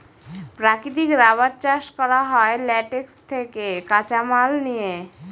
প্রাকৃতিক রাবার চাষ করা হয় ল্যাটেক্স থেকে কাঁচামাল নিয়ে